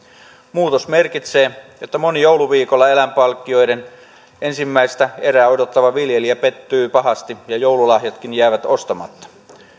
muutos merkitsee että moni jouluviikolla eläinpalkkioiden ensimmäistä erää odottava viljelijä pettyy pahasti ja joululahjatkin jäävät ostamatta